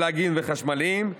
פלאג-אין וחשמליים,